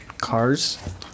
Cars